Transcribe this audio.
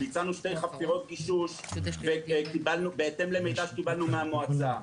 כשהצענו שתי חפירות גישוש בהתאם למידע שקבלנו מהמועצה.